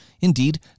indeed